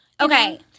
okay